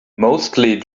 mostly